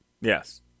Yes